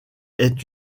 est